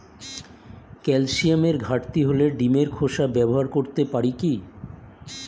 ক্যালসিয়ামের ঘাটতি হলে ডিমের খোসা ব্যবহার করতে পারি কি?